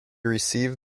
received